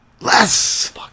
Less